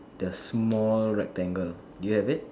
the small rectangle do you have it